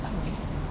changi